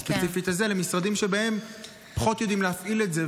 למשרדים שבהם פחות יודעים להפעיל אותו,